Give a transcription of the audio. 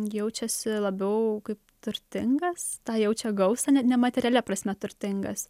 jaučiasi labiau kaip turtingas tą jaučia gausą ne nematerialia prasme turtingas